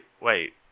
Wait